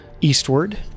eastward